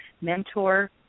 mentor